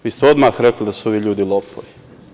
Vi ste odmah rekli da su ovi ljudi lopovi.